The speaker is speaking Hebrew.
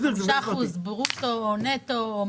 5% ברוטו, נטו?